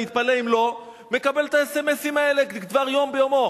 אני אתפלא אם לא מקבל את ה-אס.אם.אסים האלה כדבר יום ביומו,